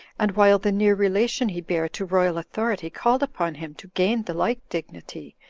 and while the near relation he bare to royal authority called upon him to gain the like dignity,